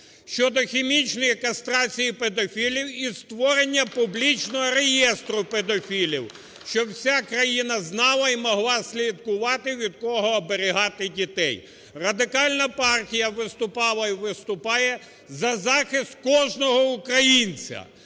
щодо хімічної кастрації педофілів і створення публічного реєстру педофілів, щоб вся країна знала і могла слідкувати, від кого оберігати дітей. Радикальна партія виступала і виступає за захист кожного українця,